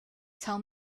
tell